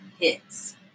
hits